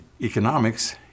economics